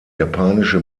japanische